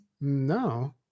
No